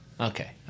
Okay